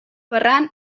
ferran